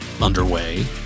underway